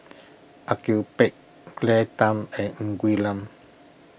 Au Yue Pak Claire Tham and Ng Quee Lam